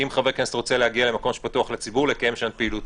כי אם חבר כנסת רוצה להגיע למקום שפתוח לציבור לקיים שם את פעילותו,